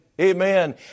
amen